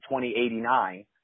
2089